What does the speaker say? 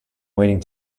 waiting